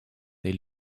they